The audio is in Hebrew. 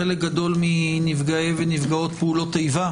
חלק גדול מנפגעי ונפגעות פעולות איבה